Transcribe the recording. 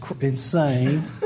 insane